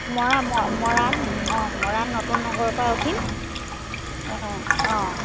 মৰা ম মৰাণ অঁ মৰাণ নতুন নগৰৰ পৰা উঠিম অঁ অঁ